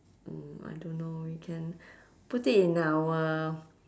mm I don't know we can put it in our